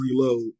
reload